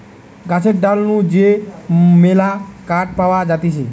গাছের ডাল নু যে মেলা কাঠ পাওয়া যাতিছে